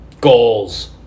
Goals